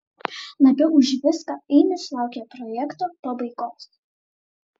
labiau už viską ainius laukia projekto pabaigos